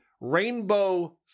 Rainbow